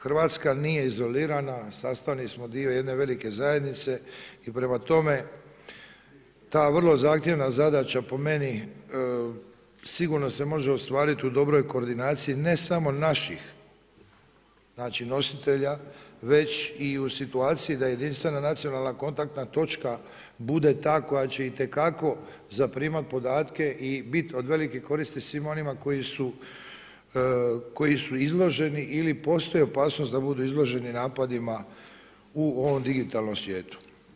Hrvatska nije izolirana, sastavni smo dio jedne velike zajednice i prema tome, ta vrlo zahtjevna zadaća po meni sigurno se može ostvariti u dobro koordinaciji ne samo naših nositelja već i u situaciji da jedinstvena nacionalna kontaktna točka bude ta koja će itekako zaprimati podatke i biti od velike koristi svima onima koji su izloženi ili postoji opasnost da budu izloženi napadima u ovom digitalnom svijetu.